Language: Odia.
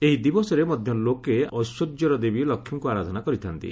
ଏହି ଦିବସରେ ମଧ୍ୟ ଲୋକେ ଐଶ୍ୱର୍ସ୍ୟର ଦେବୀ ଲକ୍ଷ୍ମୀକୁ ଆରାଧନା କରିଥା'ନ୍ତି